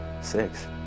Six